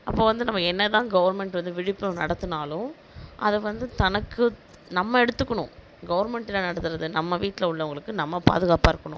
அப்போ வந்து நம்ம என்ன தான் கவர்மெண்ட் வந்து விழிப்புணர்வு நடத்தினாலும் அதை வந்து தனக்கு நம்ம எடுத்துக்கணும் கவுர்மெண்ட் என்ன நடத்துவது நம்ம வீட்டில் உள்ளவர்களுக்கு நம்ம பாதுகாப்பாக இருக்கணும்